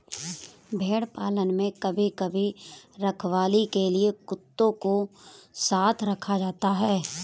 भेड़ पालन में कभी कभी रखवाली के लिए कुत्तों को साथ रखा जाता है